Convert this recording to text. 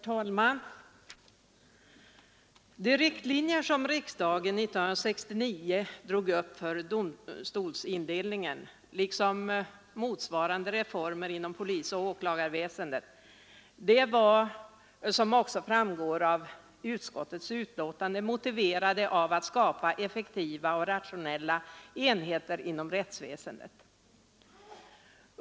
Herr talman! De riktlinjer som riksdagen 1969 drog upp för domstolsindelningen var liksom motsvarande reformer inom polisoch åklagarväsende motiverade av önskemålet — detta framgår också av utskottets betänkande — att skapa effektiva och rationella enheter inom rättsväsendet.